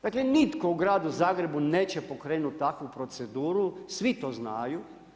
Dakle nitko u gradu Zagrebu neće pokrenuti takvu proceduru, svi to znaju.